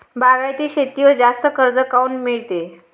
बागायती शेतीवर जास्त कर्ज काऊन मिळते?